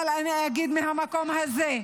אבל אני אגיד מהמקום הזה,